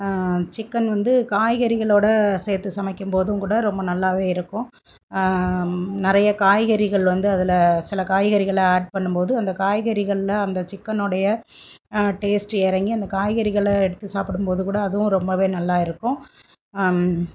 chicken வந்து காய்கறிகளோடு சேர்த்து சமைக்கும்போதும் கூட ரொம்ப நல்லா இருக்கும் நிறைய காய்கறிகள் வந்து அதில் சில காய்கறிகளை ஆட் பண்ணும்போது அந்த காய்கறிகளில் அந்த சிக்கனுடைய டேஸ்ட்டு இறங்கி அந்த காய்கறிகளை எடுத்து சாப்பிடும்போது கூட அதுவும் ரொம்ப நல்லா இருக்கும்